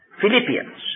Philippians